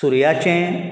सुर्याचें